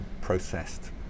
processed